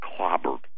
clobbered